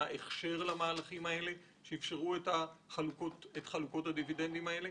הכשר למהלכים האלה שאפשרו את חלוקות הדיבידנדים האלה?